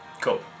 Cool